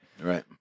Right